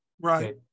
right